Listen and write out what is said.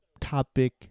topic